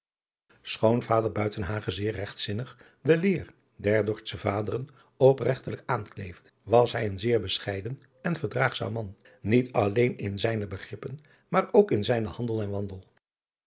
schoon vader buitenhagen zeer regtzinnig de leer der dordsche vaderen opregtelijk aankleefde was hij een zeer bescheiden en verdraagzaam man niet alleen in zijne begrippen maar ook in zijnen handel en wandel